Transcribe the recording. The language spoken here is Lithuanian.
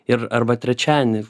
ir arba trečiadienį